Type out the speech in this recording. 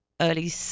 early